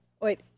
Wait